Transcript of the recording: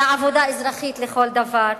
אלא עבודה אזרחית לכל דבר.